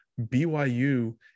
BYU